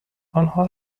آنها